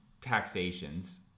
taxations